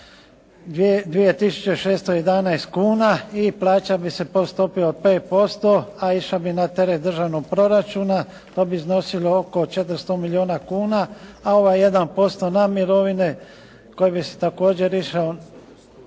611 kuna i plaćalo bi se po stopi od 5%, a išla bi na teret državnog proračuna, pa bi iznosilo oko 400 milijuna kuna, a ovaj 1% na mirovine koji bi također išao